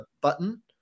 button